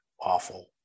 awful